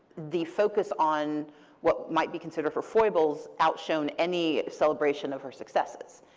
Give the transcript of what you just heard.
the focus on what might be considered for foibles outshone any celebration of her successes.